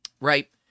right